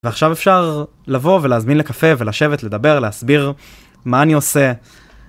ועכשיו אפשר לבוא ולהזמין לקפה ולשבת, לדבר, להסביר מה אני עושה.